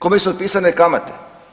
Kome su otpisane kamate?